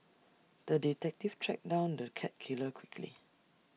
the detective tracked down the cat killer quickly